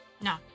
No